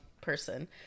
person